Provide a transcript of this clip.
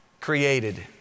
created